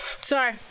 Sorry